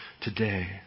today